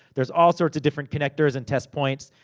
there's all sorts of different connectors, and test points.